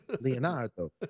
Leonardo